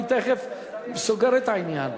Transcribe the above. אני תיכף סוגר את העניין.